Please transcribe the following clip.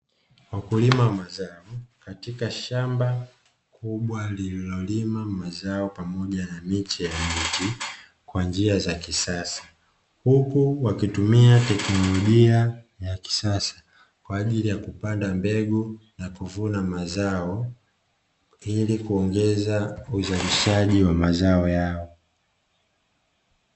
Wakulima wa mazao katika shamba kubwa lililolimwa mazao pamoja na miche ya miche kwa njia za kisasa huku wakitumia teknolojia ya kisasa, kwa ajili ya kupanda mbegu na kuvuna mazao ili kuongeza uzalishaji wa mazao yao.